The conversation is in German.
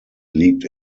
liegt